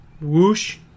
Whoosh